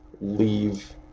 leave